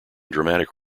dramatic